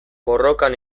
borrokan